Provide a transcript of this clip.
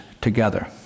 together